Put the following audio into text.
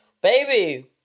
baby